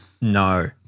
No